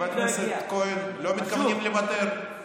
חבר הכנסת כהן, לא מתכוונים לוותר.